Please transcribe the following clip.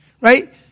right